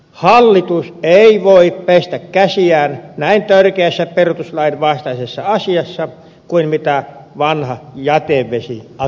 hallitus ei voi pestä käsiään näin tärkeässä perustuslain vastaisessa asiassa kuin mitä vanha jätevesiasetus oli